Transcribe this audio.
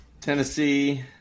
Tennessee